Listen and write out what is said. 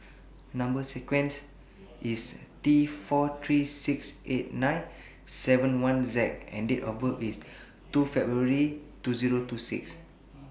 Number sequence IS T four three six eight nine seven one Z and Date of birth IS two February two Zero two six